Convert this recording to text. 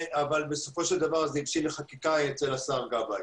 אבל בסופו של דבר זה הבשיל לחקיקה אצל השר גבאי.